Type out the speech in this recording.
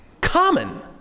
common